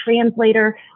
translator